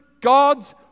God's